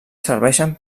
serveixen